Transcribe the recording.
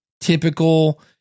typical